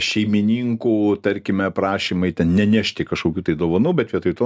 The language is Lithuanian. šeimininkų tarkime prašymai ten nenešti kažkokių tai dovanų bet vietoj to